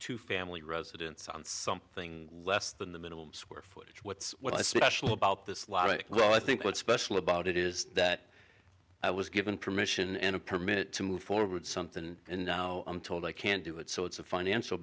two family residence on something less than the minimum square footage what's special about this lot well i think what's special about it is that i was given permission and a permit to move forward something and now i'm told i can't do it so it's a financial